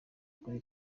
kuri